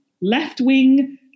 left-wing